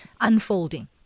unfolding